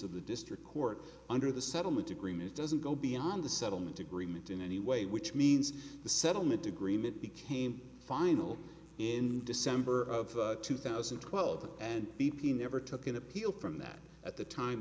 of the district court under the settlement agreement doesn't go beyond the settlement agreement in any way which means the settlement agreement became final in december of two thousand and twelve and b p never took an appeal from that at the time